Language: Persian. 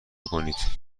کنید